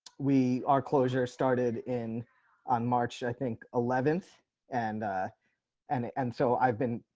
we are closure started in on march i think eleventh and and and so i've been,